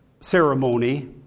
ceremony